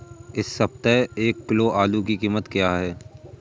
इस सप्ताह एक किलो आलू की कीमत क्या है?